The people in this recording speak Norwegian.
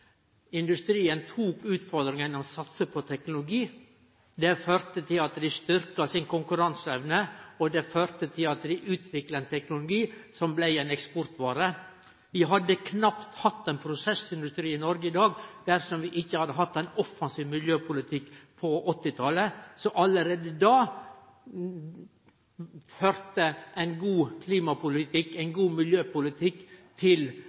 Industrien tok utfordringane og satsa på teknologi. Det førte til at dei styrkte konkurranseevna si, og det førte til at dei utvikla ein teknologi som blei ei eksportvare. Vi hadde knapt hatt ein prosessindustri i Noreg i dag dersom vi ikkje hadde hatt ein offensiv miljøpolitikk på 1980-talet. Så allereie då styrkte ein god klimapolitikk